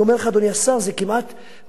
זה כמעט משהו אנושי,